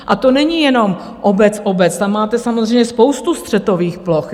A to není jenom obecobec, tam máte samozřejmě spoustu střetových ploch.